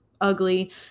ugly